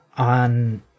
on